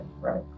right